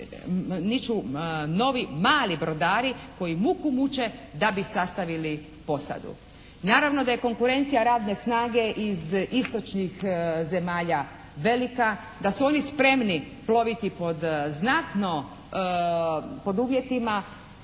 niču novi mali brodari koji muku muče da bi sastavili posadu. Naravno da je konkurencija radne snage iz istočnih zemalja velika, da su oni spremni ploviti pod znatno, pod uvjetima